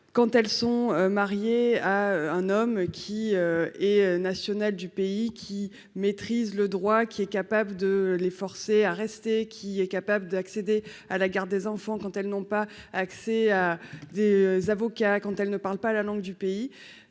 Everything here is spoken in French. Quand elles sont mariées à un ressortissant du pays, qui maîtrise le droit, qui est capable de les forcer à rester sur place, qui peut obtenir la garde des enfants si elles n'ont pas accès à un avocat, quand elles ne parlent pas la langue du pays,